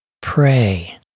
pray